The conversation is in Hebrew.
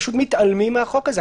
פשוט מתעלמים מהחוק הזה.